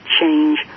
change